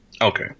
okay